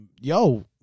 yo